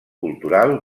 cultural